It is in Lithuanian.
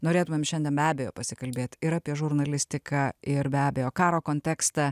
norėtumėm šiandien be abejo pasikalbėt ir apie žurnalistiką ir be abejo karo kontekstą